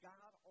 God